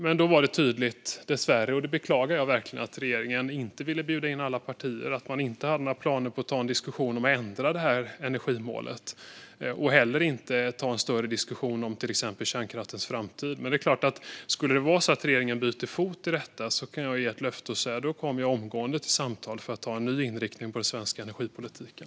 Men då blev det dessvärre tydligt - det beklagar jag verkligen - att regeringen att inte ville bjuda in alla partier och att man inte hade några planer på att ta en diskussion om att ändra energimålet eller en större diskussion om till exempel kärnkraftens framtid. Men om regeringen skulle byta fot kan jag lova att jag kommer omgående till samtal för att hitta en ny inriktning för den svenska energipolitiken.